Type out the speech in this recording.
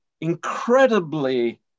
incredibly